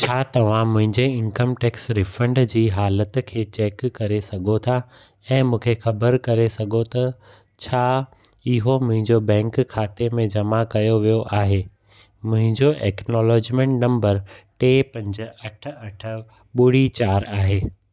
छा तव्हां मुंहिंजे इनकम टैक्स रिफंड जी हालति खे चेक करे सघो था ऐं मूंखे ख़बर करे सघो त छा इहो मुंहिंजो बैंक खाते में जमा कयो वियो आहे मुंहिंजो एक्नॉलेजमेंट नंबर टे पंज अठ अठ ॿुड़ी चार आहे